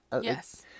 Yes